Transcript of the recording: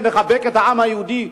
שמחבקת את העם היהודי,